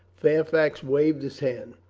fairfax waved his hand.